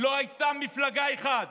לא הייתה מפלגה אחת